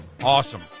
Awesome